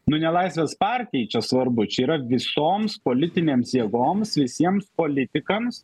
nu ne laisvės partijai čia svarbu čia yra visoms politinėms jėgoms visiems politikams